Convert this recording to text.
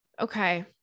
Okay